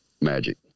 magic